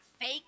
fake